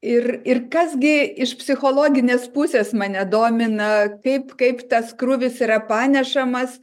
ir ir kas gi iš psichologinės pusės mane domina kaip kaip tas krūvis yra panešamas